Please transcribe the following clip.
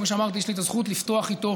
שאמרתי שיש לי את הזכות לפתוח איתו